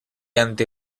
ante